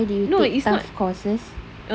why do you take tough courses